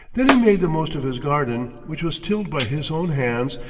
then he made the most of his garden, which was tilled by his own hands,